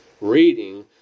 reading